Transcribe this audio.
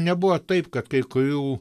nebuvo taip kad kai kurių